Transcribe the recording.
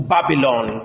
Babylon